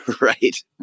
Right